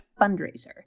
fundraiser